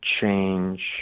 change